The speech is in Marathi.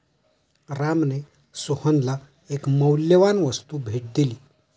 रामने सोहनला एक मौल्यवान वस्तू भेट दिली